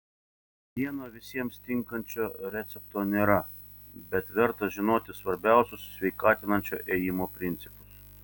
vieno visiems tinkančio recepto nėra bet verta žinoti svarbiausius sveikatinančio ėjimo principus